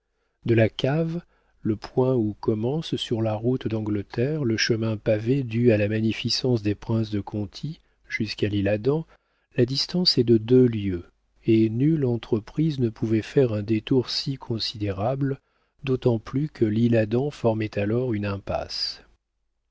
de la cave le point où commence sur la route d'angleterre le chemin pavé dû à la magnificence des princes de conti jusqu'à l'isle-adam la distance est de deux lieues et nulle entreprise ne pouvait faire un détour si considérable d'autant plus que l'isle-adam formait alors une impasse